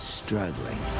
struggling